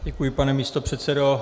Děkuji, pane místopředsedo.